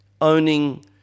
owning